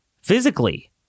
physically